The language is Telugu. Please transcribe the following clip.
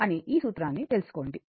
అని ఈ సూత్రాన్ని తెలుసుకోండి